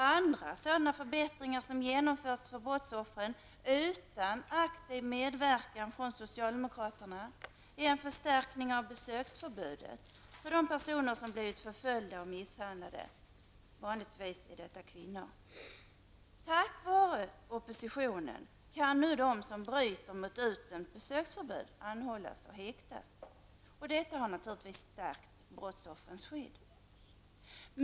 En annan förbättring för brottsoffren som genomförts utan aktiv medverkan av socialdemokraterna är förstärkningen av besöksförbudet beträffande de personer som har blivit förföljda och misshandlade. Vanligtvis gäller detta kvinnor. Tack vare oppositionen kan nu de som bryter mot utdömt besöksförbud anhållas och häktas, vilket naturligtvis har stärkt brottsoffrens skydd.